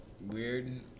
weird